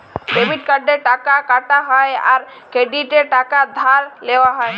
debit কার্ডে টাকা কাটা হ্যয় আর ক্রেডিটে টাকা ধার লেওয়া হ্য়য়